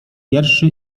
wierszy